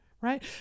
right